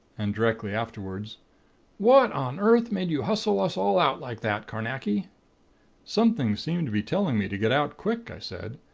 and directly afterward what on earth made you hustle us all out like that, carnacki something seemed to be telling me to get out, quick i said.